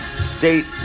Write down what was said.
state